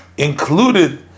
Included